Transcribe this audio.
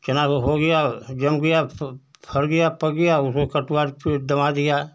चना हो हो गया जम गया फड़ गया पक गया उसको कटवाकर फिर दमा दिया